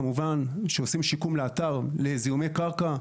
כמובן שעושים שיקום לאתר לזיהוי קרקע,